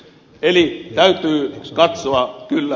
eli täytyy katsoa kyllä